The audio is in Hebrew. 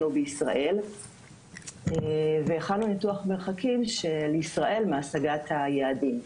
בישראל והכנו ניתוח מרחקים של ישראל מהשגת היעדים.